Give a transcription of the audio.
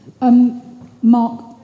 Mark